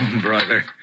brother